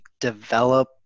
develop